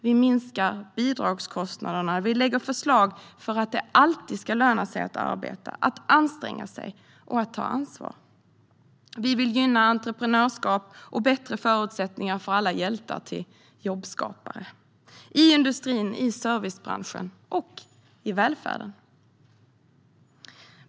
Vi minskar bidragskostnaderna, och vi lägger fram förslag för att det alltid ska löna sig att arbeta, anstränga sig och ta ansvar. Vi vill gynna entreprenörskap och bättre förutsättningar för alla hjältar till jobbskapare i industrin, i servicebranschen och i välfärden.